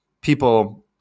people